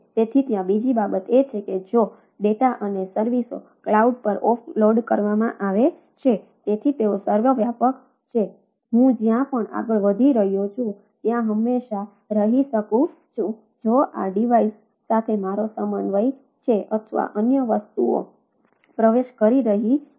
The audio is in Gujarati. તેથી ત્યાં બીજી બાબત એ છે કે જો ડેટા અને સર્વિસો ક્લાઉડ સાથે મારો સમન્વય છે અથવા અન્ય વસ્તુઓ પ્રવેશ કરી રહી છે